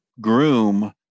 groom